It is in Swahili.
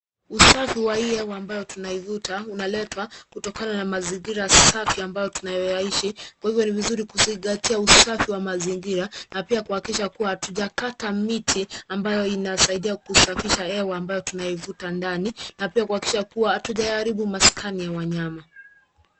Usafi wa hii hewa tunayoivuta unaletwa kutokana na mazingira safi ambayo tunayoyaishi, kwa hivyo ni vizuri kuzingatia usafi wa mazingira na pia kuhakikisha kuwa hatujakata miti ambayo inasaidia kusafisha hewa ambayo tunaivuta ndani na pia kuhakikisha kuwa hatujaharibu maskani ya wanyama.